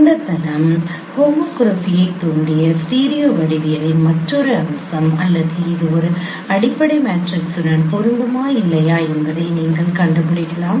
இந்த தளம் ஹோமோகிராஃபியைத் தூண்டிய ஸ்டீரிவடிவியலின் மற்றொரு அம்சம் அல்லது அது ஒரு அடிப்படை மேட்ரிக்ஸுடன் பொருந்துமா இல்லையா என்பதை நீங்கள் கண்டுபிடிக்கலாம்